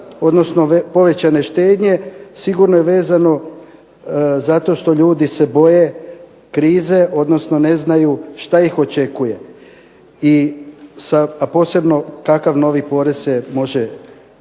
odnosno povećane štednje, sigurno je vezano zato što ljudi se boje krize, odnosno ne znaju što ih očekuje, a posebno kakav novi porez se može javiti.